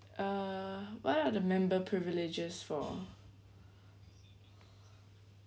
uh what are the member privileges for